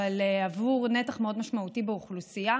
אבל עבור נתח מאוד משמעותי באוכלוסייה